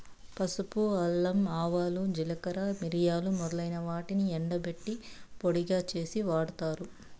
పసుపు, అల్లం, ఆవాలు, జీలకర్ర, మిరియాలు మొదలైన వాటిని ఎండబెట్టి పొడిగా చేసి వాడతారు